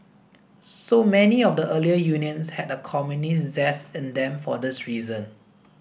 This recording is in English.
so many of the earlier unions had a communist zest in them for this reason